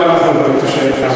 גם אנחנו הבנו את השאלה.